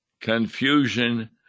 confusion